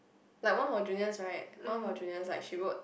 like one of our juniors right one of our juniors she wrote